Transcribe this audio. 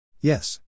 Yes